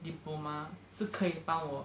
diploma 是可以帮我